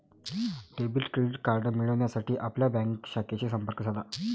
debit credit card मिळविण्यासाठी आपल्या bank शाखेशी संपर्क साधा